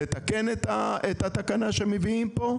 לתקן את התקנה שמביאים פה,